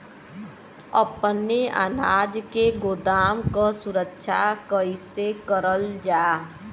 अपने अनाज के गोदाम क सुरक्षा कइसे करल जा?